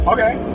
Okay